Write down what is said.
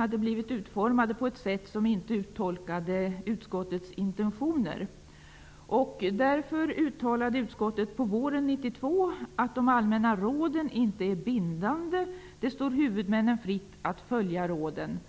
att de blivit utformade på ett sätt som inte uttolkade utskottets intentioner. Därför uttalade utskottet våren 1992 att de allmänna råden inte är bindande, utan att det står huvudmännen fritt att följa råden.